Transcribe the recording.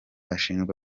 ashinjwa